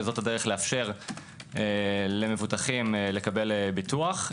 וזו הדרך לאפשר למבוטחים לקבל ביטוח,